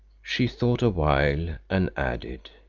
she thought awhile and added,